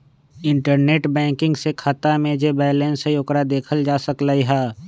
internet banking से खाता में जे बैलेंस हई ओकरा देखल जा सकलई ह